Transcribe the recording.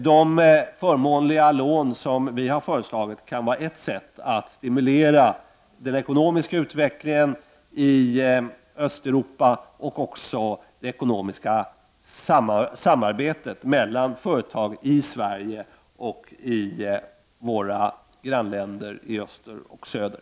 De förmånliga lån som vi har föreslagit kan vara ett sätt att stimulera den ekonomiska utvecklingen i Östeuropa och även det ekonomiska samarbetet mellan företag i Sverige och i våra grannländer i öst och söder.